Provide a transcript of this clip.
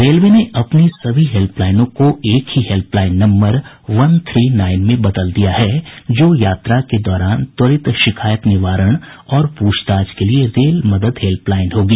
railway ने अपनी सभी हेल्पलाइनों को एक ही helpline number one three nine में बदल दिया है जो यात्रा के दौरान त्वरित शिकायत निवारण और प्रछताछ के लिए रेल मदद हेल्पलाइन होगी